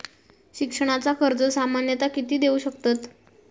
शिक्षणाचा कर्ज सामन्यता किती देऊ शकतत?